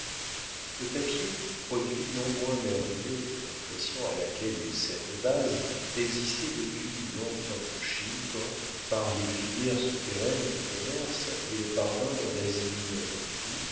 le papier produit non moins merveilleux que l'impression à laquelle il sert de base existait depuis long-temps en chine quand par les filières souterraines du commerce il parvint dans lasie mineure où